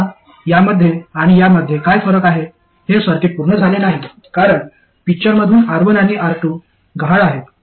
आता यामध्ये आणि यामध्ये काय फरक आहे हे सर्किट पूर्ण झाले नाही कारण पिक्चरमधून R1 आणि R2 गहाळ आहेत